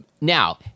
now